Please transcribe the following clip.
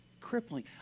crippling